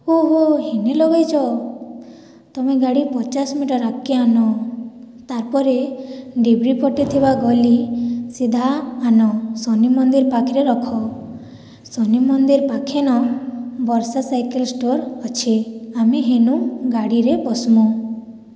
ଓହୋ ହେନେ ଲଗେଇଛ ତମେ ଗାଡି ପଚାଶ୍ ମିଟର୍ ଆଗ୍କେ ଆନ ତାପରେ ଡେବ୍ରିପଟେ ଥିବା ଗଲି ସିଧା ଆନ ଶନି ମନ୍ଦିର୍ ପାଖ୍ରେ ରଖ ଶନି ମନ୍ଦିର୍ ପାଖେନ ବର୍ଷା ସାଇକେଲ୍ ଷ୍ଟୋର୍ ଅଛେ ଆମେ ହେନୁ ଗାଡ଼ିରେ ବସ୍ମୁ